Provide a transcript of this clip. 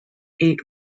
eight